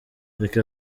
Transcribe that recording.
reka